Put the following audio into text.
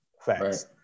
Facts